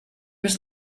was